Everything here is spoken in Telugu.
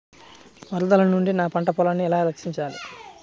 వరదల నుండి నా పంట పొలాలని ఎలా రక్షించాలి?